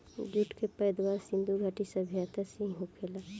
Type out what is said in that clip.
jute के पैदावार सिधु घाटी सभ्यता से ही होखेला